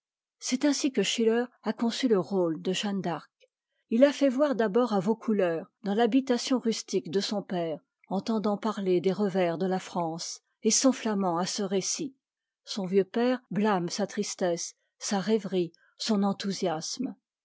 c'est ainsi que schiller a concu le rôle de jeanne d'arc il la fait voir d'abord à vaucouleurs dans l'habitation rustique de son père entendant parler des revers de la france et s'enflammant à ce récit son vieux père blâme sa tristesse sa rêverie son enthousiasme